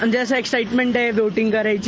म्हणजे अशी एक्साइटमेंट आहे वोटींग करायची